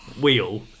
wheel